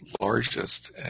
Largest